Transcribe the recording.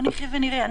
נחיה ונראה.